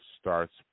starts